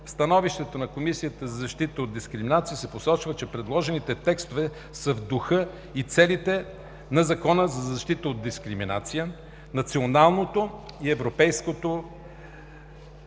становището на Комисията за защита от дискриминация се посочва, че предложените текстове са в духа и целите на Закона за защита от дискриминация, националното и европейското